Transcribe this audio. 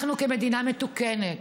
אנחנו, כמדינה מתוקנת,